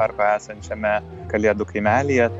arkoj esančiame kalėdų kaimelyje